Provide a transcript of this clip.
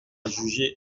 juger